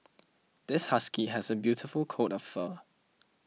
this husky has a beautiful coat of fur